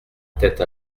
tête